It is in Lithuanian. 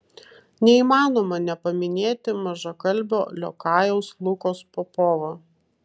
neįmanoma nepaminėti mažakalbio liokajaus lukos popovo